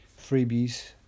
freebies